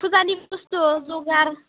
फुजानि बुस्थु जगार